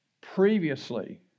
previously